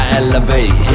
elevate